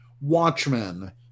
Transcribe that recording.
Watchmen